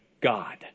God